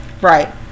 Right